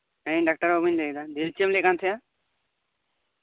ᱦᱮᱸ ᱤᱧ ᱰᱟᱠᱛᱟᱨ ᱵᱟᱹᱵᱩᱧ ᱞᱟᱹᱭ ᱫᱟ ᱫᱤᱭᱮ ᱪᱮᱫ ᱮᱢ ᱞᱟᱹᱭ ᱮᱫ ᱛᱟᱸᱦᱮᱱᱟ